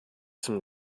zum